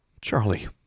Charlie